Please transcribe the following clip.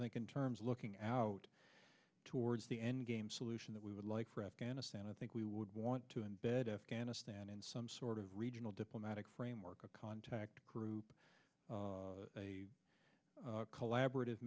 think in terms of looking out towards the end game solution that we would like for afghanistan i think we would want to embed afghanistan in some sort of regional diplomatic framework a contact group collaborative